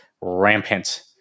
rampant